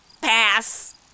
Pass